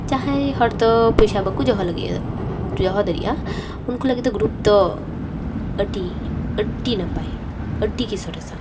ᱡᱟᱦᱟᱸᱭ ᱦᱚᱲ ᱫᱚ ᱯᱚᱭᱥᱟ ᱵᱟᱠᱚ ᱫᱚᱦᱚ ᱞᱟᱹᱜᱤᱫᱚᱜ ᱫᱚᱦᱚ ᱫᱟᱲᱮᱭᱟᱜᱼᱟ ᱩᱱᱠᱩ ᱞᱟᱹᱜᱤᱫ ᱫᱚ ᱜᱨᱩᱯ ᱫᱚ ᱟᱹᱰᱤ ᱟᱹᱰᱤ ᱱᱟᱯᱟᱭ ᱟᱹᱰᱤᱜᱮ ᱥᱚᱨᱮᱥᱟ